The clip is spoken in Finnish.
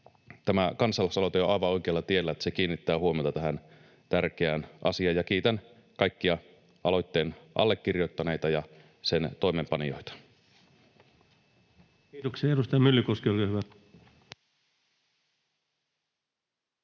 tämä kansalaisaloite on aivan oikealla tiellä, että se kiinnittää huomiota tähän tärkeään asiaan, ja kiitän kaikkia aloitteen allekirjoittaneita ja sen toimeenpanijoita. [Speech 121] Speaker: Ensimmäinen